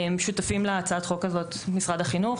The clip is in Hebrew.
שותפים להצעת החוק הזאת משרד החינוך,